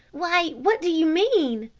why, what do you mean?